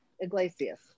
Iglesias